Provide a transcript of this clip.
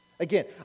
Again